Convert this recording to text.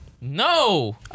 No